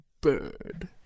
bird